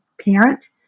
parent